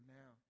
now